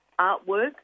artwork